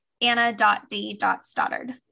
anna.d.stoddard